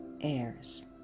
heirs